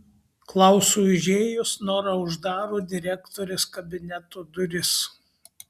klausui užėjus nora uždaro direktorės kabineto duris